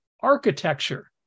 architecture